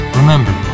remember